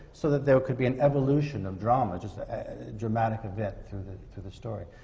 so that there could be an evolution of drama, just dramatic event through the through the story.